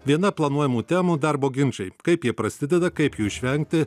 viena planuojamų temų darbo ginčai kaip jie prasideda kaip jų išvengti